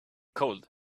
cold